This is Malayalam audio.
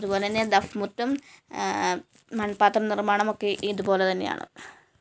അതുപോലെ തന്നെ ദഫ്മുട്ടും മണ്പാത്രനിര്മ്മാണമൊക്കെ ഇതുപോലെ തന്നെയാണ്